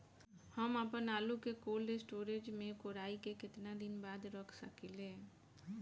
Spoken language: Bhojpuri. हम आपनआलू के कोल्ड स्टोरेज में कोराई के केतना दिन बाद रख साकिले?